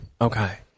Okay